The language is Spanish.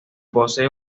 posee